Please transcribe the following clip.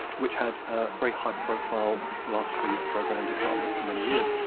which had a very high profile philosophy program department for many years,